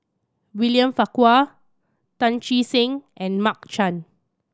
William Farquhar Tan Che Sang and Mark Chan